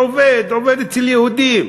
עובד אצל יהודים